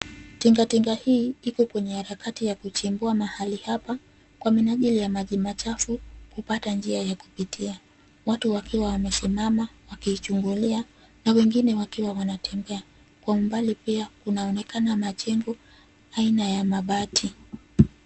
Tingatinga hii, iko kwenye harakati ya kuchimbua mahali hapa, kwa minajili ya maji machafu kupata njia ya kupitia. Watu wakiwa wamesimama wakiichungulia na wengine wakiwa wanatembea. Kwa umbali pia kunaonekana majengo aina ya mabati.